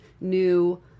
new